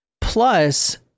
Plus